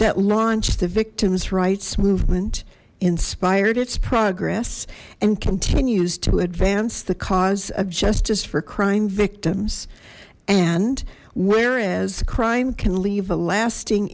that launched the victims rights movement inspired its progress and continues to advance the cause of justice for crime victims and whereas crime can leave a lasting